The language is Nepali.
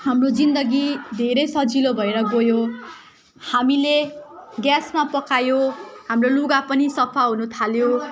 हाम्रो जिन्दगी धेरै सजिलो भएर गयो हामीले ग्यासमा पकायो हाम्रो लुगा पनि सफा हुनुथाल्यो